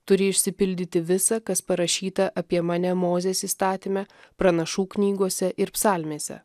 turi išsipildyti visa kas parašyta apie mane mozės įstatyme pranašų knygose ir psalmėse